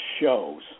shows